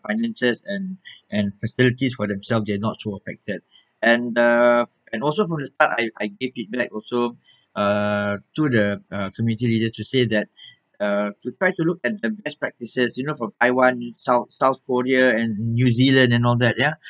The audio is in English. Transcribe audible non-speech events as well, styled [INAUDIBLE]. finances and and facilities for themselves they're not so affected [BREATH] and uh and also from from the start I I gave feedback also uh to the uh community leader to say that uh to try to look at the best practices you know from taiwan south south korea and new zealand and all that ya